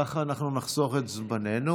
וככה אנחנו נחסוך את זמננו.